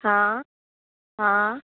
हा हा